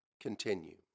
Continue